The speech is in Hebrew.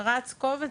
רץ קובץ,